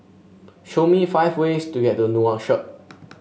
show me five ways to get to Nouakchott